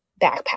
backpack